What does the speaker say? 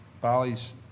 Bali's